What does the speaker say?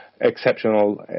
Exceptional